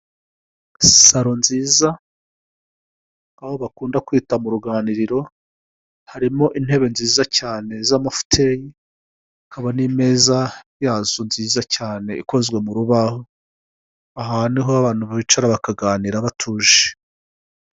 Salo nziza, aho bakunda kwita mu ruganiriro. Harimo intebe nziza cyane z'amafuteyi hakaba n'meza yazo nziza cyane ikozwe mu rubaho. Aha ni ho abantu bicara bakaganira batuje.